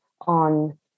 on